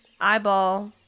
eyeball